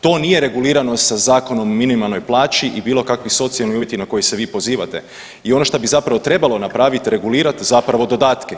To nije regulirano sa Zakonom o minimalnoj plaći i bilo kakvi socijalni uvjeti na koje se vi pozivate i ono što bi zapravo trebalo napraviti, regulirati zapravo dodatke.